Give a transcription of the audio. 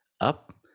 up